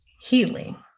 healing